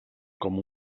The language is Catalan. com